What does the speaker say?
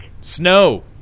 Snow